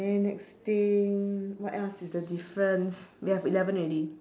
then next thing what else is the difference we have eleven already